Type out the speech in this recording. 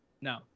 No